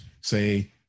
say